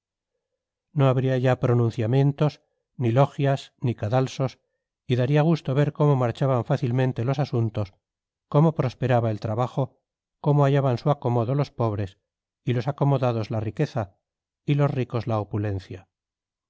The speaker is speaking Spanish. no habría ya pronunciamientos ni logias ni cadalsos y daría gusto ver cómo marchaban fácilmente los asuntos cómo prosperaba el trabajo cómo hallaban su acomodo los pobres y los acomodados la riqueza y los ricos la opulencia